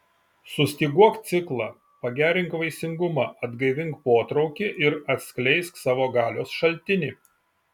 sustyguok ciklą pagerink vaisingumą atgaivink potraukį ir atskleisk savo galios šaltinį